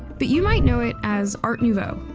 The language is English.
but you might know it as art nouveau,